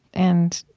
and,